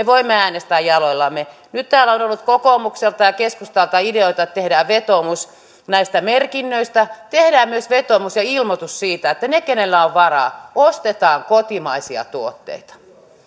voimme äänestää jaloillamme nyt täällä on ollut kokoomukselta ja keskustalta ideoita että tehdään vetoomus näistä merkinnöistä tehdään myös vetoomus ja ilmoitus siitä että ne keillä on varaa ostavat kotimaisia tuotteita